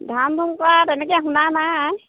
ধামধুম কৰা তেনেকৈ শুনা নাই